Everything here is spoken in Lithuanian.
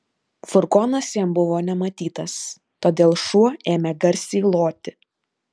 furgonas jam buvo nematytas todėl šuo ėmė garsiai loti